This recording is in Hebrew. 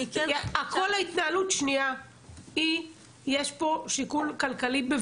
כל ההתנהלות נובעת משיקול כלכלי,